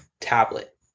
tablet